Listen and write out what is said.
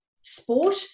sport